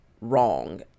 wrong